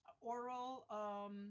oral